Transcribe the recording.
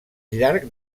llarg